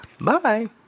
Bye